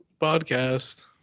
podcast